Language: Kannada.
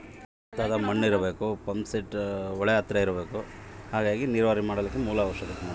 ನೇರಾವರಿ ಮಾಡಲಿಕ್ಕೆ ಯಾವ್ಯಾವ ಮೂಲಗಳ ಅವಶ್ಯಕ ಅದರಿ?